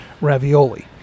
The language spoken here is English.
ravioli